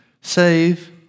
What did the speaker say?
Save